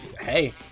Hey